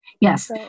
Yes